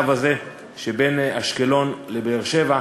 בקו הזה שבין אשקלון לבאר-שבע,